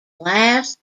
last